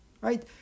Right